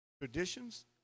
traditions